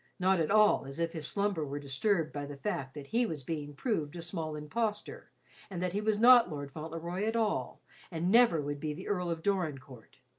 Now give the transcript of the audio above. not at all as if his slumber were disturbed by the fact that he was being proved a small impostor and that he was not lord fauntleroy at all and never would be the earl of dorincourt.